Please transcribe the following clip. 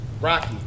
Rocky